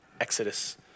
Exodus